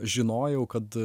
žinojau kad